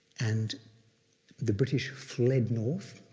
and the british fled north,